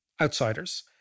outsiders